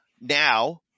now